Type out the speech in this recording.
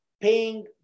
paying